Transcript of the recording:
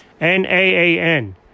N-A-A-N